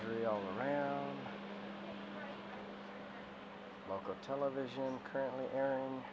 really all around local television currently airing